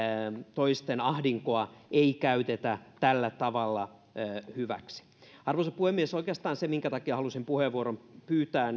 toisten ahdinkoa ei käytetä tällä tavalla hyväksi arvoisa puhemies oikeastaan sen takia halusin puheenvuoron pyytää